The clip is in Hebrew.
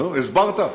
נו, הסברת.